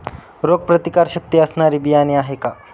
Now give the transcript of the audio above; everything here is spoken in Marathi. रोगप्रतिकारशक्ती असणारी बियाणे आहे का?